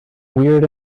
weird